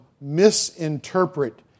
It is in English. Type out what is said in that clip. misinterpret